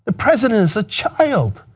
the president is a child.